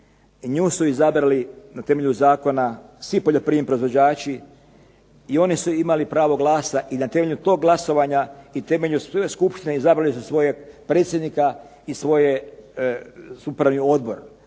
nju su izabrali na temelju zakona svi poljoprivredni proizvođači i oni su imali pravo glasa i na temelju tog glasovanja i na temelju sve skupštine izabrali su svojeg predsjednika i svoj upravni odbor.